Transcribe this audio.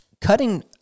cutting